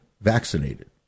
vaccinated